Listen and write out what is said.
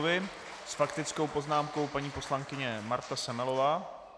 S faktickou poznámkou paní poslankyně Marta Semelová.